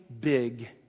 big